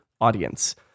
audience